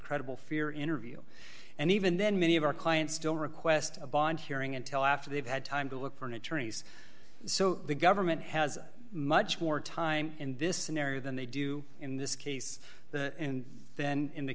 credible fear interview and even then many of our clients don't request a bond hearing until after they've had time to look for an attorney's so the government has much more time in this scenario than they do in this case the then in the